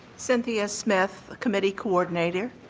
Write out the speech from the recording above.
cynthia smith, committee coordinator.